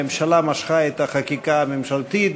הממשלה משכה את החקיקה הממשלתית,